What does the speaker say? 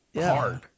hard